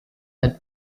had